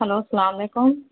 hello السلام علیکم